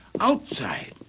Outside